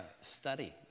study